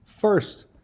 First